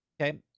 Okay